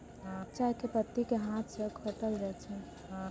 चाय के पत्ती कें हाथ सं खोंटल जाइ छै